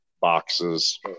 boxes